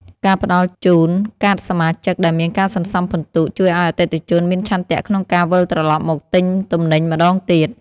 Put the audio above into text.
ការផ្ដល់ជូនកាតសមាជិកដែលមានការសន្សំពិន្ទុជួយឱ្យអតិថិជនមានឆន្ទៈក្នុងការវិលត្រឡប់មកទិញទំនិញម្តងទៀត។